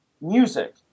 music